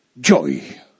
Joy